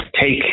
take